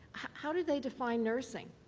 how do they define nursing?